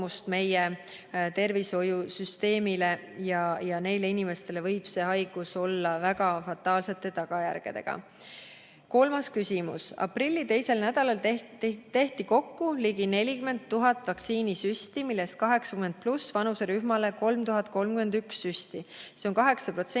meie tervishoiusüsteemile ja neile inimestele võib see haigus olla väga fataalsete tagajärgedega. Kolmas küsimus: "Aprilli teisel nädalal tehti kokku ligi 40 000 vaktsiinisüsti, millest 80+ vanuserühmale 3031 süsti. See on 8%